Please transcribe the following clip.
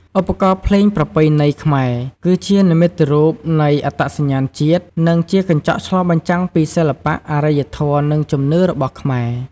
ឧបករណ៍ភ្លេងប្រពៃណីខ្មែរ គឺជានិមិត្តរូបនៃអត្តសញ្ញាណជាតិ និងជាកញ្ចក់ឆ្លុះបញ្ចាំងពីសិល្បៈ អរិយធម៌ និងជំនឿរបស់ខ្មែរ។